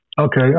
Okay